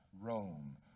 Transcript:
Rome